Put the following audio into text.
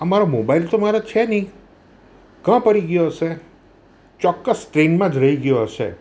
આ મારો મોબાઈલ તો મારો છે નહીં કાં પડી ગયો હશે ચોક્કસ ટ્રેનમાં જ રહી ગયો હશે